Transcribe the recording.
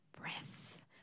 breath